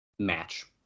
match